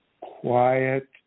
quiet